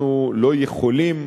אנחנו לא יכולים,